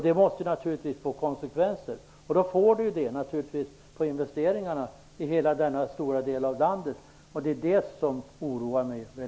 Det måste naturligtvis få konsekvenser. Det får konsekvenser för investeringarna i hela denna stora del av landet. Det är det som oroar mig.